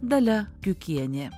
dalia kiukienė